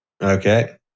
Okay